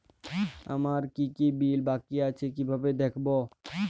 আমার কি কি বিল বাকী আছে কিভাবে দেখবো?